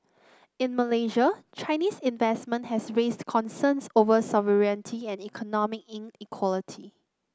in Malaysia Chinese investment has raised concerns over sovereignty and economic inequality